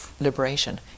liberation